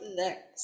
next